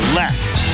less